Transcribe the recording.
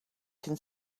can